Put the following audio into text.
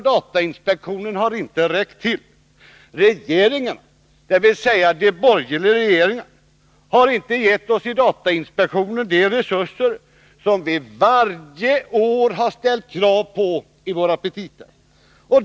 Datainspektionens resurser har inte räckt till. De borgerliga regeringarna har inte gett oss i datainspektionen de resurser vi varje år har ställt krav på i våra petita.